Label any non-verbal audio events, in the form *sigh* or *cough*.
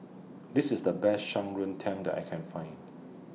This IS The Best Shan *unintelligible* Tang that I Can Find